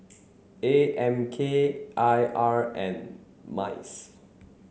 A M K I R and MICE